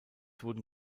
wurden